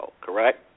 correct